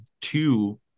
two